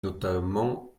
notamment